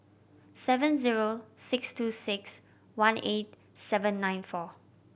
seven zero six two six one eight seven nine four